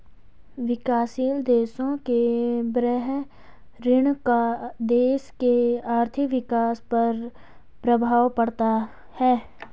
विकासशील देशों के बाह्य ऋण का देश के आर्थिक विकास पर प्रभाव पड़ता है